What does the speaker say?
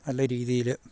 നല്ല രീതിയില്